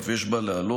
ואף יש בה להעלות,